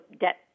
debt